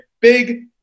big